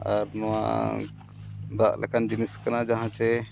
ᱟᱨ ᱱᱚᱣᱟ ᱫᱟᱜ ᱞᱮᱠᱟᱱ ᱡᱤᱱᱤᱥ ᱠᱟᱱᱟ ᱡᱟᱦᱟᱸ ᱥᱮ